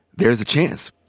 there's a chance?